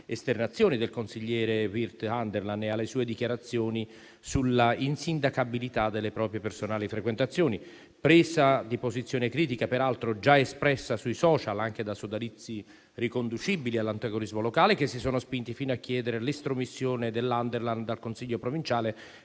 esternazioni del consigliere Wirth Anderlan e alle sue dichiarazioni sulla insindacabilità delle proprie personali frequentazioni; presa di posizione critica peraltro già espressa sui *social* anche da sodalizi riconducibili all'antagonismo locale, che si sono spinti fino a chiedere l'estromissione dell'Anderlan dal consiglio provinciale